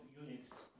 units